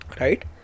Right